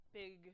big